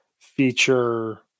feature